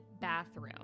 bathroom